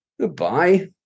Goodbye